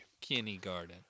Kindergarten